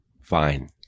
fine